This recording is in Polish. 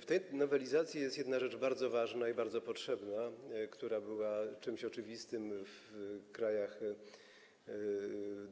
W omawianej nowelizacji jest jedna bardzo ważna i bardzo potrzebna rzecz, która była czymś oczywistym w krajach